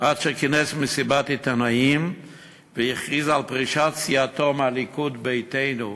עד שכינס מסיבת עיתונאים והכריז על פרישת סיעתו מהליכוד ביתנו.